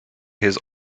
his